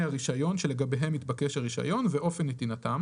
הרישיון שלגביהם מתבקש הרישיון ואופן נתינתם"